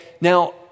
Now